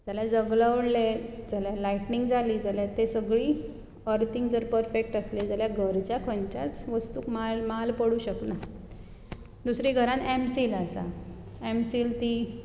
जाल्यार जगलवले जाल्यार लायटनींग जाली जाल्यार तें सगळी अर्थींग जर परफॅक्ट आसलें जाल्यार घरच्या खंयच्याच वस्तूक माल पडूंक शकना दुसरी घरांत एमसील आसा एमसील ती